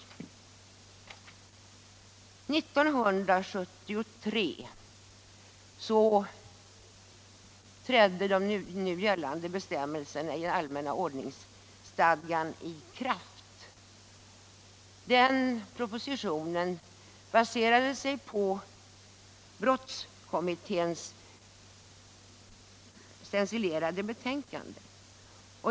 År 1973 trädde nu gällande bestämmelser i allmänna ordningsstadgan i kraft. Propositionen byggde den gången på brottskommissionens stencilerade betänkande.